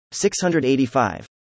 685